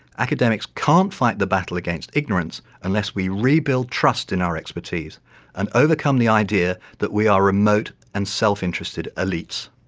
academics can't fight the battle against ignorance unless we re-build trust in our expertise and overcome the idea that we are remote and self-interested elites.